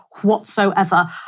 whatsoever